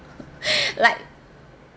like